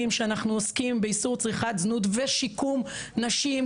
שאנחנו עוסקים באיסור צריכת זנות ושיקום נשים,